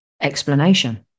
explanation